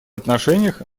отношениях